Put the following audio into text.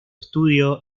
estudio